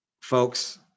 Folks